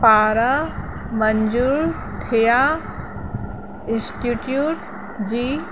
पारां मंज़ूर थिया इंस्टिट्यूट जी